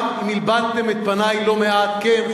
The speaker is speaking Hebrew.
גם אם הלבנתם את פני לא מעט כן,